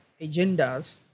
agendas